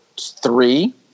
three